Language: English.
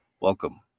welcome